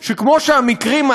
אורי מקלב?